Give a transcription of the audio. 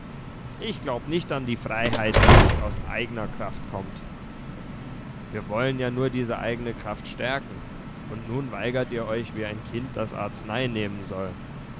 ich glaub nicht an die freiheit die nicht aus eigner kraft kommt wir wollen ja nur diese eigne kraft stärken und nun weigert ihr euch wie ein kind das arznei nehmen soll